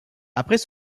après